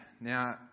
Now